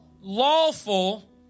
lawful